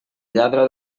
lladra